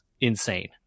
insane